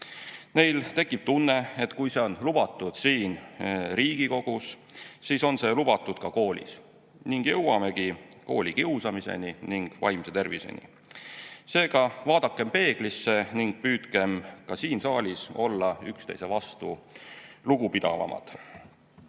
Neil tekib tunne, et kui see on lubatud siin Riigikogus, siis on see lubatud ka koolis, ning jõuamegi koolikiusamiseni ja vaimse terviseni. Seega vaadakem peeglisse ning püüdkem ka siin saalis olla üksteise vastu lugupidavamad. Sealt